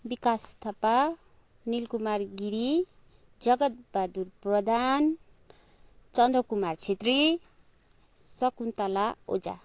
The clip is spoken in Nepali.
बिकास थापा निलकुमारी गिरी जगत् बाहदुर प्रधान चन्द्रकुमार छेत्री सकुन्तला ओझा